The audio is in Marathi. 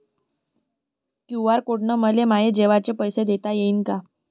क्यू.आर कोड न मले माये जेवाचे पैसे देता येईन का?